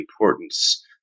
importance